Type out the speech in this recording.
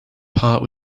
part